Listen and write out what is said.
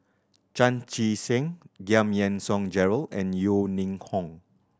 Chan Chee Seng Giam Yean Song Gerald and Yeo Ning Hong